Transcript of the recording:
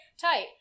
Tight